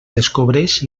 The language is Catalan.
descobreix